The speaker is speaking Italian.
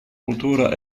cultura